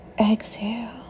Exhale